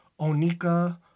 Onika